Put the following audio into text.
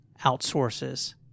outsources